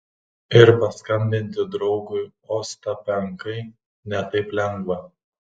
ir paskambinti draugui ostapenkai ne taip lengva